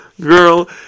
girl